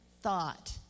thought